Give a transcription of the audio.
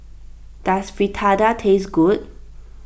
does Fritada taste good